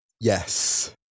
Yes